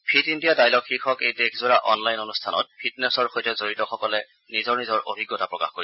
fit India dialogue শীৰ্যক এই দেশজোৰা অনলাইন অনুষ্ঠানত ফিটনেছৰ সৈতে জড়িতসকলে নিজৰ নিজৰ অভিজতা প্ৰকাশ কৰিব